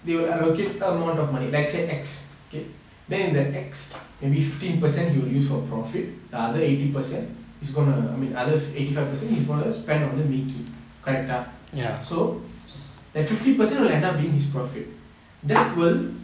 they will allocate amount of money like say X okay then in the X maybe fifteen per cent they will use for profit other eighty percent is going to I mean eighty five percent he's going to spend on the making character so that fifteen percent will end up being his profit that will